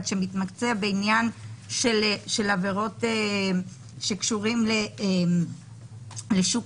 שמתמקצע בעניין של עבירות שקשורות לשוק,